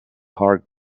heart